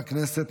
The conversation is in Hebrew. חברי הכנסת,